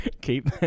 Keep